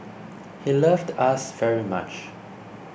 he loved us very much